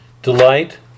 Delight